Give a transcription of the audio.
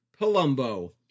Palumbo